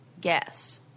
guess